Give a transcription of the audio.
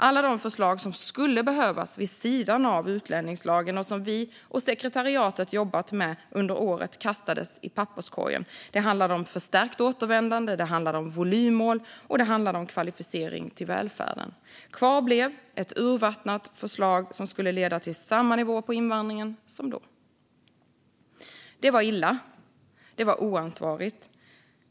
Alla de förslag som skulle behövas vid sidan av utlänningslagen och som vi och sekretariatet jobbat med under året kastades i papperskorgen. Det handlade om ett förstärkt återvändande, det handlade om volymmål och det handlade om kvalificering till välfärden. Kvar blev ett urvattnat förslag som skulle leda till samma nivå på invandringen som då. Det var illa. Det var oansvarigt.